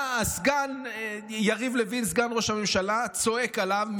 בא הסגן יריב לוין, סגן ראש הממשלה, צועק עליו,